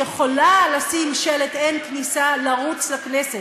יכולה לשים שלט "אין כניסה" לרוץ לכנסת,